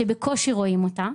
שבקושי רואים אותה,